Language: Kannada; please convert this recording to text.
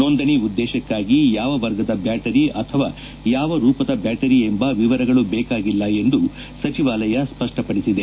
ನೋಂದಣಿ ಉದ್ದೇಶಕ್ಕಾಗಿ ಯಾವ ವರ್ಗದ ಬ್ಯಾಟರಿ ಅಥವಾ ಯಾವ ರೂಪದ ಬ್ಯಾಟರಿ ಎಂಬ ವಿವರಗಳು ಬೇಕಾಗಿಲ್ಲ ಎಂದು ಸಚಿವಾಲಯ ಸ್ಪಷ್ಟಪಡಿಸಿದೆ